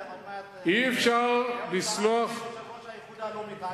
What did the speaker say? עוד מעט אהוד ברק יהיה יושב-ראש האיחוד הלאומי.